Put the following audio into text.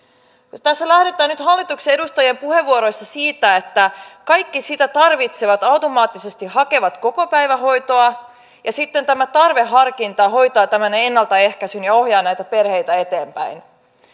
tässä lähdetään nyt hallituksen edustajien puheenvuoroissa siitä että kaikki sitä tarvitsevat automaattisesti hakevat kokopäivähoitoa ja sitten tämä tarveharkinta hoitaa tämän ennaltaehkäisyn ja ohjaa näitä perheitä eteenpäin